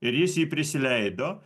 ir jis jį prisileido